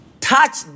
touch